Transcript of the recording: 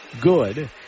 good